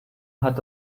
hat